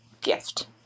gift